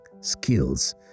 skills